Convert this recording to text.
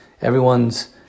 Everyone's